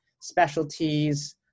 specialties